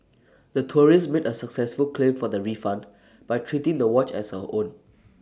the tourist made A successful claim for the refund by treating the watch as her own